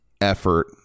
effort